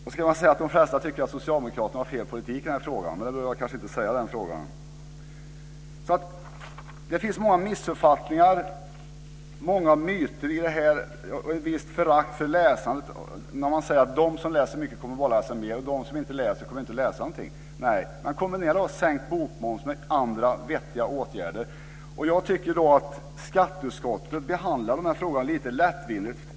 Jag kunde också säga att de flesta tycker att socialdemokraterna har fel politik i den här frågan, men det behöver jag kanske inte göra. Det finns alltså många missuppfattningar och myter i detta, och även ett visst förakt för läsandet när man säger att de som läser mycket bara kommer att läsa mer och de som inte läser inte kommer att läsa någonting. Så är det kanske. Men kombinera då sänkt bokmoms med andra vettiga åtgärder! Jag tycker att skatteutskottet behandlar den här frågan lite lättvindigt.